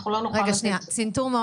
אנחנו לא נוכל אסנת,